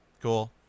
cool